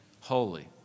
holy